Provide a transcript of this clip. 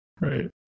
right